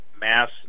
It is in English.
mass